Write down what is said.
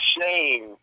shame